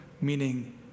meaning